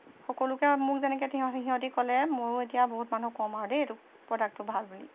সকলোকে মোক যেনেকৈ সিহঁতি ক'লে ময়ো এতিয়া বহুত মানুহক কম আৰু দেই এইটো প্ৰডাক্টটো ভাল বুলি